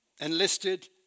enlisted